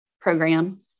program